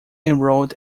enrolled